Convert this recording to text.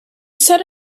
set